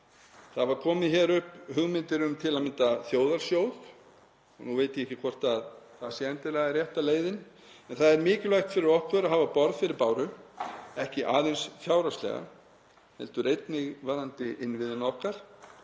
Það hafa komið upp hugmyndir um til að mynda þjóðarsjóð. Nú veit ég ekki hvort það sé endilega rétta leiðin en það er mikilvægt fyrir okkur að hafa borð fyrir báru, ekki aðeins fjárhagslega heldur einnig gagnvart innviðum okkar,